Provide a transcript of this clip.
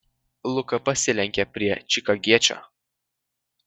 luka pasilenkė prie čikagiečio